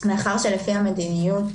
מאחר שלפי המדיניות,